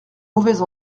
mauvaise